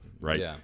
right